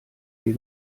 dir